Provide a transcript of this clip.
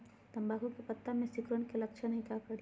तम्बाकू के पत्ता में सिकुड़न के लक्षण हई का करी?